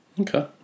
Okay